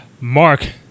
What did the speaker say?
Mark